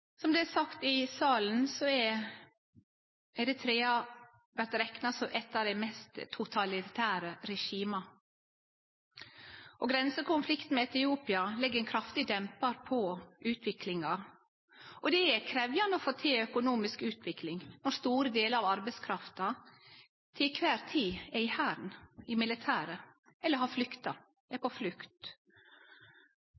Som det er sagt i salen, vert Eritrea rekna som eit av dei mest totalitære regima, og grensekonflikten med Etiopia legg ein kraftig dempar på utviklinga. Det er krevjande å få til økonomisk utvikling når store delar av arbeidskrafta til kvar tid er i hæren, i militæret eller har flykta, er